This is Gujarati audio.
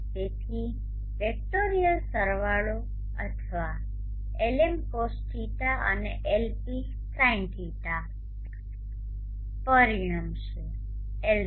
તેથી વેક્ટોરિયલ સરવાળો અથવા Lm cosϕ અને Lp sinϕ પરિણમશે Lz